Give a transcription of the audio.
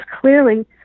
clearly